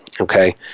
Okay